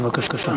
בבקשה.